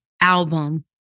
album